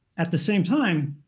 at the same time,